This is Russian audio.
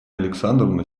александровна